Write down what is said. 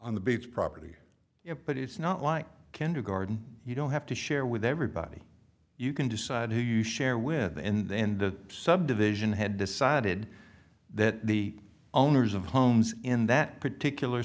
on the beach property it but it's not like kindergarten you don't have to share with everybody you can decide who you share with and then the subdivision had decided that the owners of homes in that particular